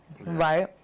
right